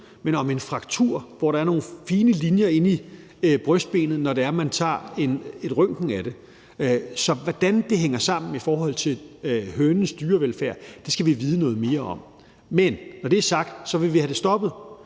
men om en fraktur, hvor der er nogle fine linjer inde i brystbenet, når man tager et røntgenbillede af det. Så hvordan det hænger sammen med hønens dyrevelfærd, skal vi vide noget mere om. Men når det er sagt, vil vi have det stoppet,